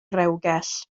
rewgell